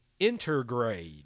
Intergrade